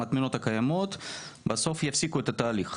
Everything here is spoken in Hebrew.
המטמנות הקיימות בסוף יפסיקו את התהליך.